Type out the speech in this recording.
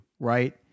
Right